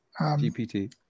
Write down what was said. gpt